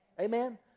Amen